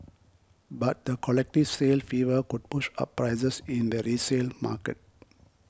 but the collective sale fever could push up prices in the resale market